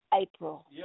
April